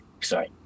sorry